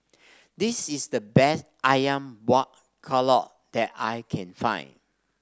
this is the best ayam Buah Keluak that I can find